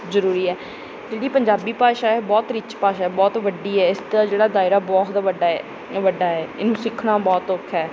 ਜ਼ਰੂਰੀ ਹੈ ਜਿਹੜੀ ਪੰਜਾਬੀ ਭਾਸ਼ਾ ਹੈ ਬਹੁਤ ਰਿੱਚ ਭਾਸ਼ਾ ਬਹੁਤ ਵੱਡੀ ਹੈ ਇਸਦਾ ਜਿਹੜਾ ਦਾਇਰਾ ਬਹੁਤ ਵੱਡਾ ਹੈ ਵੱਡਾ ਹੈ ਇਹਨੂੰ ਸਿੱਖਣਾ ਬਹੁਤ ਔਖਾ ਹੈ